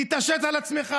תתעשת על עצמך.